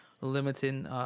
limiting